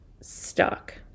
stuck